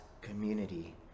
community